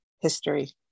history